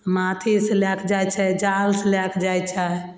अथीसँ लएके जाइ छै जालसँ लएके जाइ छै